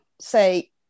say